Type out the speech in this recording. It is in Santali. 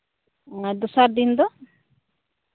ᱟᱨ ᱫᱚᱥᱟᱨ ᱫᱤᱱ ᱫᱚ